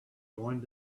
going